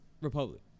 Republic